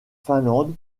finlande